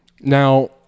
Now